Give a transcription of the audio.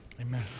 Amen